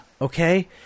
okay